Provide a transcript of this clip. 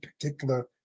particular